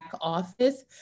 office